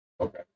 Okay